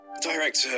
Director